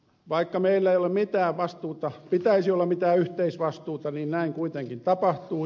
vaikka meillä ei pitäisi olla mitään yhteisvastuuta niin näin kuitenkin tapahtuu